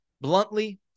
bluntly